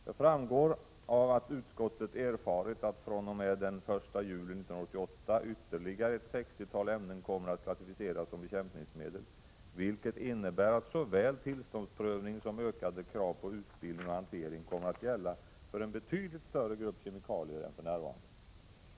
Det framgår av att utskottet erfarit att ytterligare ett sextiotal ämnen kommer att klassificeras som bekämpningsmedel fr.o.m. den 1 juli 1988, vilket innebär att såväl tillståndsprövning som ökade krav på utbildning och hantering kommer att gälla för en betydligt större grupp kemikalier än för närvarande.